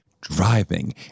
driving